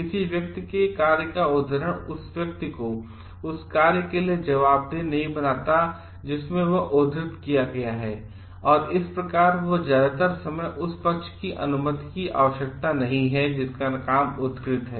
किसी व्यक्ति के कार्य का उद्धरण उस व्यक्ति को उस कार्य के लिए जवाबदेह नहीं बनाता है जिसमें वह उद्धृत किया गया है और इस प्रकार यह ज्यादातर समय उस पक्ष की अनुमति की आवश्यकता नहीं है जिनका काम उद्धृत है